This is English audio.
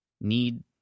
Need